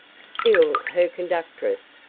still her conductress,